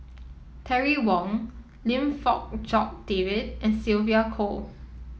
Terry Wong Lim Fong Jock David and Sylvia Kho